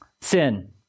Sin